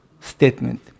statement